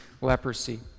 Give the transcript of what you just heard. leprosy